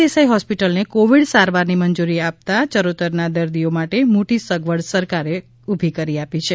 દેસાઇ હોસ્પિટલને કોવિડ સારવારની મંજૂરી આપતા ચરોતરના દરદીઓ માટે મોટી સગવડ સરકારે ઊભી કરી આપી છે